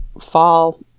fall